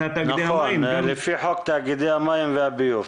נכון, לפי חוק תאגידי המים והביוב.